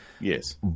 Yes